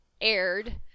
aired